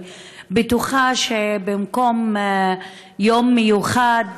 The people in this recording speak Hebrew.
אני בטוחה שבמקום יום מיוחד,